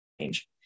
change